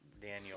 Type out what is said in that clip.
Daniel